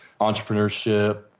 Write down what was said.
entrepreneurship